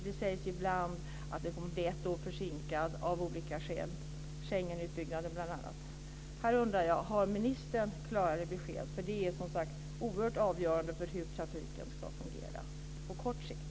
Det sägs ibland att den kommer att bli ett år försinkad av olika skäl, bl.a. Schengenutbyggnaden. Jag undrar: Har ministern klarare besked? Det är oerhört avgörande för hur trafiken ska fungera på kort sikt.